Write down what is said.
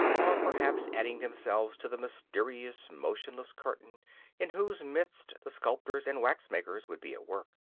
or perhaps adding themselves to the mysterious, motionless curtain in whose midst the sculptors and waxmakers would be at work.